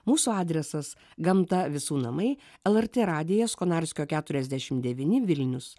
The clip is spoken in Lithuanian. mūsų adresas gamta visų namai lrt radijas konarskio keturiasdešim devyni vilnius